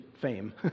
fame